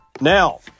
Now